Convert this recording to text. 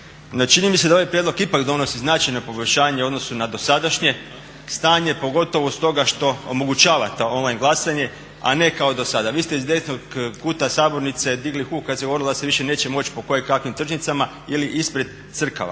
No čini mi se da ovaj prijedlog ipak donosi značajna poboljšanja u odnosu na dosadašnje stanje, pogotovo stoga što omogućava to online glasanje, a ne kao do sada. Vi ste iz desnog kuta sabornice digli huk kad se govorilo da se više neće moći po kojekakvim tržnicama ili ispred crkava